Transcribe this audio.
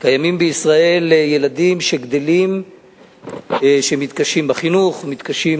כי אי-אפשר, פשוט מאוד לשלול, לדכא,